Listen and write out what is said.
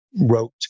wrote